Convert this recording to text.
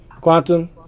quantum